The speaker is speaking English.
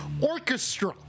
orchestra